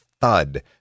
thud